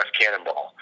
Cannonball